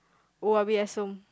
oh-yah-peh-yah-som